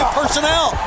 personnel